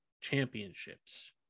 championships